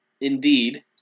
indeed